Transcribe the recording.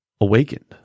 awakened